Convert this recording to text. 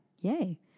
Yay